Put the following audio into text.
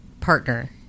partner